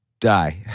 die